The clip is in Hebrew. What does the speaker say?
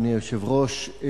אדוני היושב-ראש,